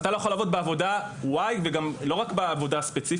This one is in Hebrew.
אתה לא יכול לעבוד בעבודה Y; וגם לא רק בעבודה ספציפית,